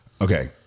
okay